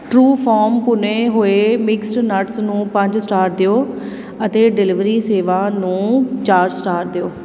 ਟਰੂਫੋਮ ਭੁੰਨੇ ਹੋਏ mixed nuts ਨੂੰ ਪੰਜ ਸਟਾਰ ਦਿਓ ਅਤੇ ਡਿਲੀਵਰੀ ਸੇਵਾ ਨੂੰ ਚਾਰ ਸਟਾਰ ਦਿਓ